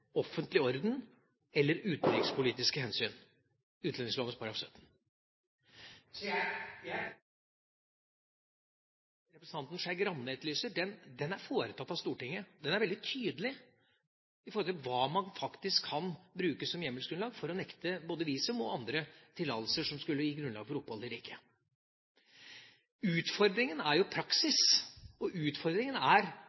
offentlig orden eller utenrikspolitiske hensyn». Jeg opplever at den oppryddingen som representanten Skei Grande etterlyser, er foretatt av Stortinget. Den er veldig tydelig i forhold til hva man faktisk kan bruke som hjemmelsgrunnlag for å nekte både visum og andre tillatelser som skulle gi grunnlag for opphold i riket. Utfordringen er praksis, og utfordringen er